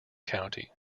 county